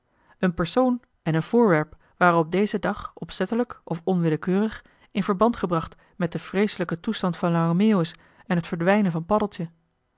een persoon en een voorwerp waren op dezen dag opzettelijk of onwillekeurig in verband gebracht met den vreeselijken toestand van lange meeuwis en het verdwijnen van paddeltje